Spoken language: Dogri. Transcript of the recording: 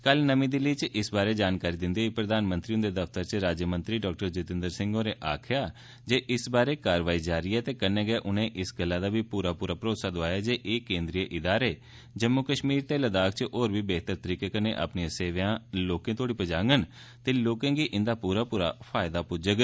कल नमीं दल्ली च इस बारै जानकारी दिंदे होई प्रधानमंत्री हुंदे दफ्तर च राज्यमंत्री डा जितेंद्र सिंह होरें आक्खेया जे इस बारै कारवाई जारी ऐ ते कन्नै गै उनें इस गल्लै दा बी पूरा भरौसा दौआया जे ए केंद्रीय ईदारे जम्मू कष्मीर ते लद्दाख च होर बी बेहतर तरीके कन्ने अपनियां सेवां लोकें तोहड़ी पजांगन ते लोकेंगी इंदा पूरा लाह थ्होग